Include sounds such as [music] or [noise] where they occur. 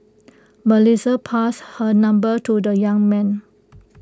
[noise] Melissa passed her number to the young man